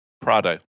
Prado